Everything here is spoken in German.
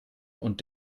und